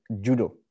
judo